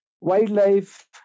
wildlife